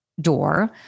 door